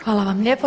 Hvala vam lijepo.